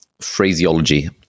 phraseology